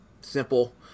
Simple